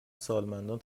سالمندان